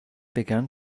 began